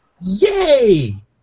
Yay